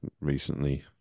recently